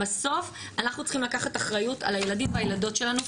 בסוף אנחנו צריכים לקחת אחריות על הילדים והילדות שלנו,